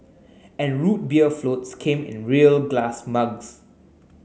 and Root Beer floats came in real glass mugs